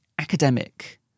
academic